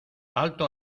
alto